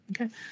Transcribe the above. Okay